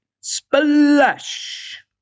Splash